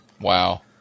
Wow